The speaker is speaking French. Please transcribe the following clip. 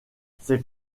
c’était